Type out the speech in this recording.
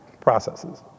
processes